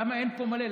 למה אין פה מלא?